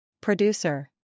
Producer